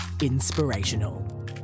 inspirational